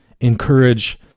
encourage